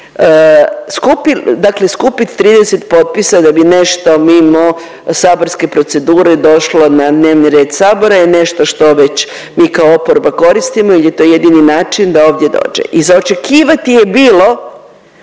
dakle skupit 30 potpisa da bi nešto mimo saborske procedure došlo na dnevni red sabora je nešto što već mi kao oporba koristimo jer je to jedini način da ovdje dođe i za očekivati je bilo